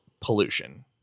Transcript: pollution